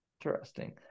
Interesting